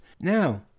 Now